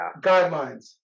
guidelines